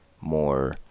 more